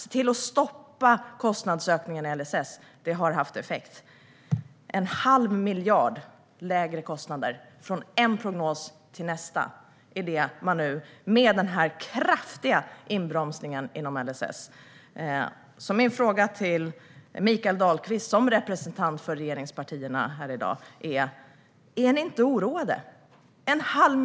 Se till att stoppa kostnadsökningarna när det gäller LSS! Det har haft effekt. Från en prognos till nästa prognos har kostnaderna minskat med en halv miljard, och det har man åstadkommit genom den kraftiga inbromsningen inom LSS. Min fråga till Mikael Dahlqvist, som representerar regeringspartierna här i dag, är: Är ni inte oroade?